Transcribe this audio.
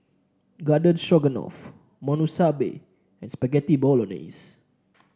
Garden Stroganoff Monsunabe and Spaghetti Bolognese